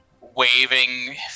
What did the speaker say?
waving